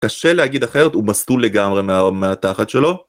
קשה להגיד אחרת הוא מסטול לגמרי מהתחת שלו